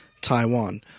Taiwan